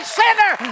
sinner